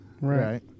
Right